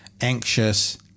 anxious